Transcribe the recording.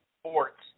sports